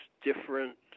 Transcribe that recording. different